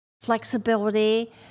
flexibility